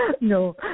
No